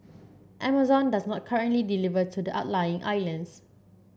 Amazon does not currently deliver to the outlying islands